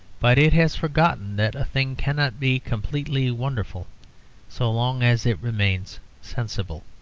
but it has forgotten that a thing cannot be completely wonderful so long as it remains sensible.